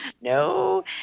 no